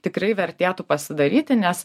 tikrai vertėtų pasidaryti nes